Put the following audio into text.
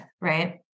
Right